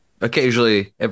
Occasionally